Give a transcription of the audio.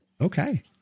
Okay